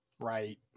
right